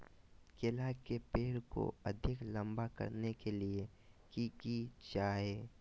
केला के पेड़ को अधिक लंबा करने के लिए किया किया जाए?